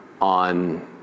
on